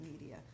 media